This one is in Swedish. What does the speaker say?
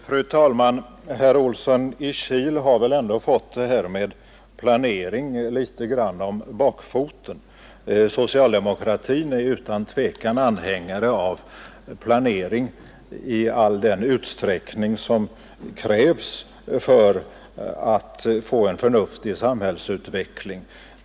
Fru talman! Herr Olsson i Kil har väl ändå fått det här med planering litet grand om bakfoten. Socialdemokraterna är utan tvekan anhängare av planering i all den utsträckning som krävs för att man skall få en förnuftig samhällsutveckling.